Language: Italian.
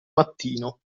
mattino